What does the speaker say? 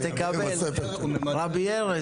תקבל, רבי ארז.